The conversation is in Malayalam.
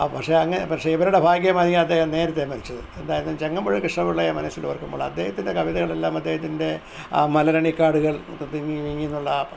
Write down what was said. പക്ഷേ പക്ഷേ ഇവരുടെ ഭാഗ്യമായിരിക്കാം അദ്ദേഹം നേരത്തെ മരിച്ചത് എന്തായാലും ചങ്ങമ്പുഴ കൃഷ്ണപിള്ളയെ മനസ്സിൽ ഓർക്കുമ്പോൾ അദ്ദേഹത്തിൻ്റെ കവിതകളെല്ലാം അദ്ദേഹത്തിൻ്റെ ആ മലരണിക്കാടുകൾ തിങ്ങിവിങ്ങി എന്നുള്ള ആ